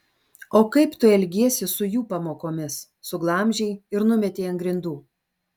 o kaip tu elgiesi su jų pamokomis suglamžei ir numetei ant grindų